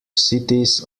cities